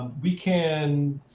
we can,